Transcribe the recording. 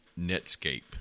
Netscape